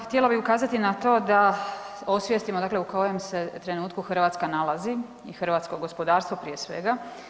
Htjela bih ukazati na to da osvijestimo u kojem se trenutku Hrvatska nalazi i hrvatsko gospodarstvo prije svega.